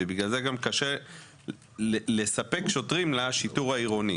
ובגלל זה גם קשה לספק שוטרים לשיטור העירוני.